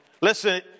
listen